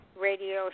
Radio